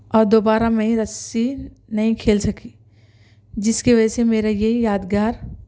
اور دوبارہ میں رسی نہیں کھیل سکی جس کی وجہ سے میرا یہ یادگار